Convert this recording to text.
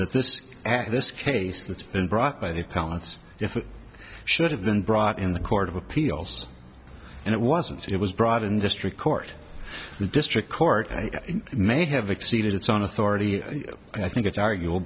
this this case that's been brought by the palettes if it should have been brought in the court of appeals and it wasn't it was brought in district court the district court may have exceeded its own authority i think it's arguable